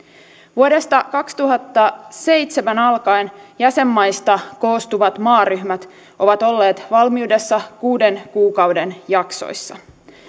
vuodesta kaksituhattaseitsemän alkaen jäsenmaista koostuvat maaryhmät ovat olleet valmiudessa kuuden kuukauden jaksoissa